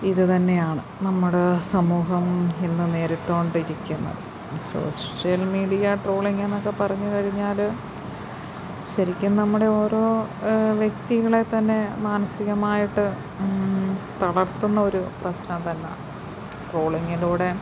ഇതുതന്നെയാണ് നമ്മുടെ സമൂഹം ഇന്ന് നേരിട്ടുകൊണ്ടിരിക്കുന്നത് സോഷ്യൽ മീഡിയ ട്രോളിങ് എന്നൊക്കെ പറഞ്ഞ് കഴിഞ്ഞാല് ശരിക്കും നമ്മുടെ ഓരോ വ്യക്തികളെ തന്നെ മാനസികമായിട്ട് തളർത്തുന്നൊരു പശ്ചാത്തലമാണ് ട്രോളിങ്ങിലൂടെ